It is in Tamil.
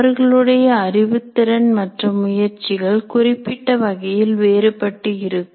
அவர்களுடைய அறிவுத்திறன் மற்றும் முயற்சிகள் குறிப்பிட்ட வகையில் வேறுபட்டு இருக்கும்